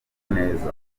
neza